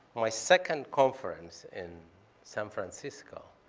my second conference in san francisco.